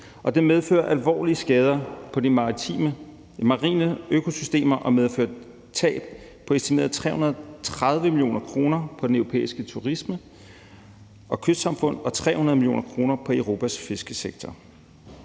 det medfører alvorlige skader på de marine økosystemer og medfører tab på estimeret 330 mio. kr. på den europæiske turisme og for europæiske kystsamfund og 300 mio. kr. for Europas fiskesektor.